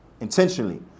Intentionally